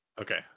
Okay